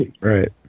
Right